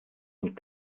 und